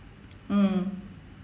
mm